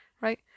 right